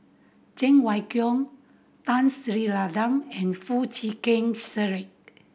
Cheng Wai Keung Tun Sri Lanang and Foo Chee Keng Cedric